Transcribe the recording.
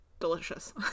Delicious